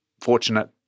fortunate